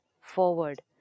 forward